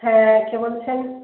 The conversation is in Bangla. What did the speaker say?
হ্যাঁ কে বলছেন